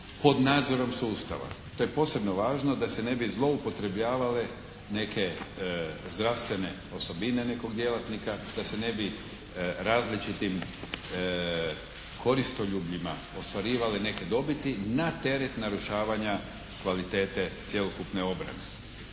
pod nadzorom sustava. To je posebno važno da se ne bi zloupotrebljavale neke zdravstvene osobine nekog djelatnika. Da se ne bi različitim koristoljubljima ostvarivale neke dobiti na teret narušavanja kvalitete cjelokupne obrane.